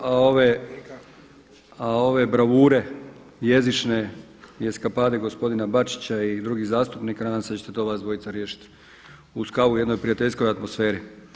A ove bravure jezične i eskapade gospodina Bačića i drugih zastupnika, nadam se da ćete to vas dvojica riješiti uz kavu u jednoj prijateljskoj atmosferi.